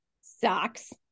socks